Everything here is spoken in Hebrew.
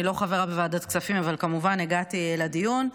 אני לא חברה בוועדת כספים אבל כמובן הגעתי לדיון,